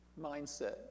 mindset